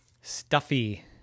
stuffy